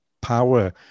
power